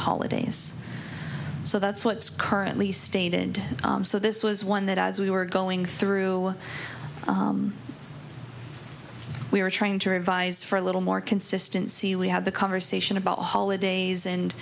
holidays so that's what's currently stated so this was one that as we were going through we were trying to revise for a little more consistency we had the conversation about holidays and